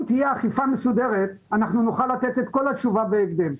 אם תהיה אכיפה מסודרת אנחנו נוכל לתת את כל התשובה בהקדם.